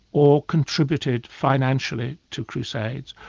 or contributed financially to crusades,